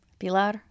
Pilar